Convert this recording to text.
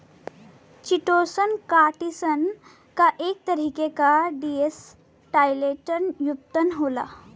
chitosan, chitin क एक तरह क डीएसेटाइलेटेड व्युत्पन्न होला